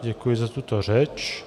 Děkuji za tuto řeč.